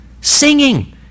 singing